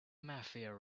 mafia